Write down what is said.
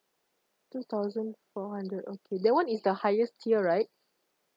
two thousand four hundred okay that one is the highest tier right